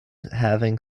having